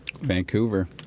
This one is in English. Vancouver